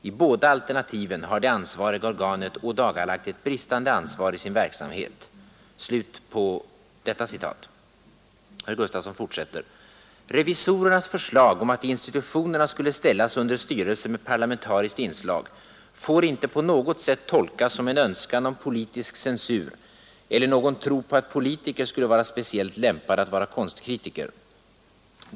I båda alternativen har det ansvariga organet ådagalagt ett bristande ansvar i sin verksamhet.” Revisorernas förslag om att institutionerna skulle ställas under styrelser med parlamentariskt inslag får inte på något sätt tolkas som en önskan om politisk censur eller någon tro på att politiker skulle vara speciellt lämpade att vara konstkritiker.